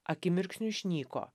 akimirksniu išnyko